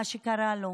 מה שקרא לו,